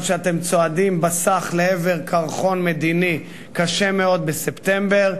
שאתם צועדים בסך לעבר קרחון מדיני קשה מאוד בספטמבר.